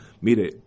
Mire